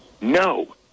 no